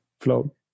Flow